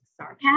sarcasm